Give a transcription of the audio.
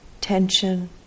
tension